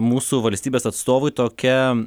mūsų valstybės atstovui tokia